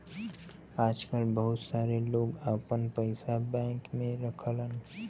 आजकल बहुत सारे लोग आपन पइसा बैंक में रखला